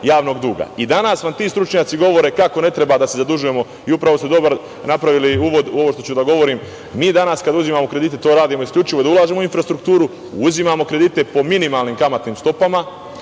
i danas vam ti stručnjaci govore kako ne treba da se zadužujemo i upravo ste dobar napravili uvod u ovo što ću da govorim. Mi danas kada uzimamo kredite, to radimo isključivo da ulažemo u infrastrukturu. Uzimamo kredite po minimalnim kamatnim stopama